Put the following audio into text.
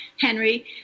Henry